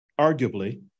arguably